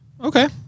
Okay